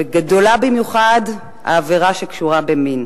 וגדולה במיוחד העבירה שקשורה במין.